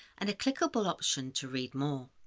and a clickable option to read more.